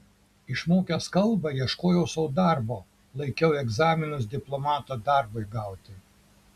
išmokęs kalbą ieškojau sau darbo laikiau egzaminus diplomato darbui gauti